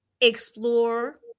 explore